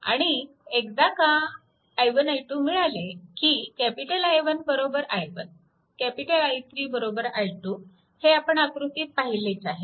आणि एकदा का i1 i2 मिळाले की I1 i1 I3 i2 हे आपण आकृतीत पाहिलेच आहे